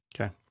Okay